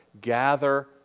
gather